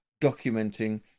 documenting